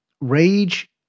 Rage